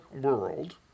world